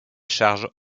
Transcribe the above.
charges